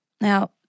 Now